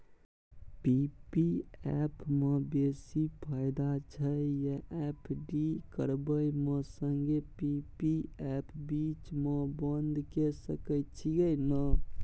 P P F म बेसी फायदा छै या एफ.डी करबै म संगे पी.पी एफ बीच म बन्द के सके छियै न?